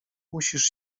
musisz